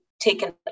taken